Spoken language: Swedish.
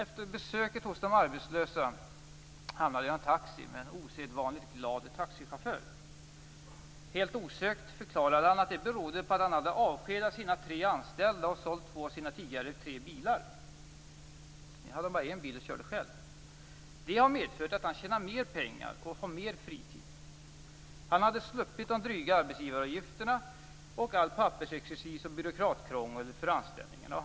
Efter besöket hos de arbetslösa hamnade jag i en taxi med en osedvanligt glad taxichaufför. Helt osökt förklarade han att det berodde på att han hade avskedat sina tre anställda och sålt två av sina tidigare tre bilar. Det hade medfört att han tjänade mer pengar och hade mer fritid. Han hade sluppit de dryga arbetsgivaravgifterna och all pappersexercis och byråkratkrångel för anställningarna.